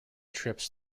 trips